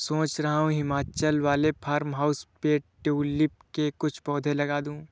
सोच रहा हूं हिमाचल वाले फार्म हाउस पे ट्यूलिप के कुछ पौधे लगा दूं